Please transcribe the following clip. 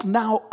now